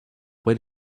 when